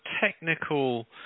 technical